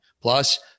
Plus